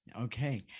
Okay